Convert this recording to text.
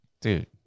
dude